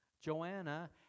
Joanna